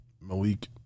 Malik